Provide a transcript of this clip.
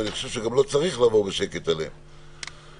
ואני חושב שגם לא צריך לעבור עליהן בשקט.